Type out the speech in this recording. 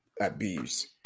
abuse